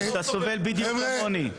אתה סובל בדיוק כמוני.